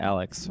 Alex